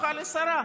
הפכה לשרה.